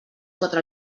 quatre